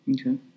Okay